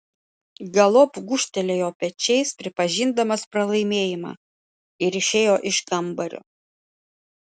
galop gūžtelėjo pečiais pripažindamas pralaimėjimą ir išėjo iš kambario